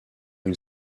une